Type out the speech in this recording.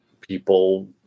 people